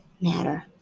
matter